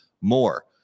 more